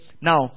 Now